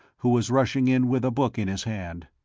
who was rushing in with a book in his hand.